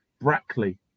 Brackley